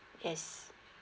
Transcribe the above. yes